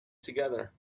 together